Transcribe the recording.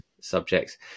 subjects